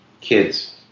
kids